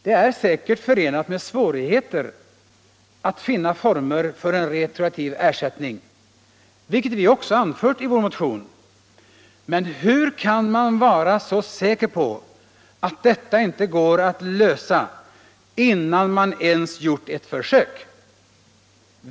Det är säkert förenat med svårigheter att finna former för en retroaktiv ersättning, vilket vi också anfört i vår motion, men hur kan man vara så säker på att detta inte går att lösa, innan man ens gjort ett försök?